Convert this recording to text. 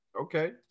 Okay